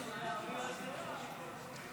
אני קובע כי הצעת חוק העונשין (תיקון)